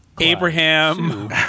Abraham